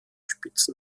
spitzen